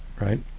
right